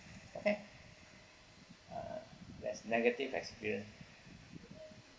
okay uh that's negative experience